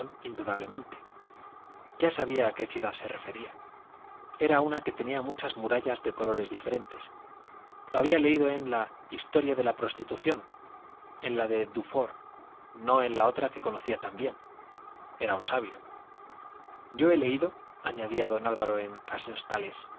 indudablemente ya sabía a qué ciudad se refería era una que tenía muchas murallas de colores diferentes lo había leído en la historia de la prostitución en la de dufour no en otra que conocía también era un sabio yo he leído añadía don álvaro en casos